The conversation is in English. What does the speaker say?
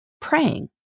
praying